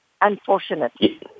unfortunately